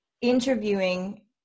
interviewing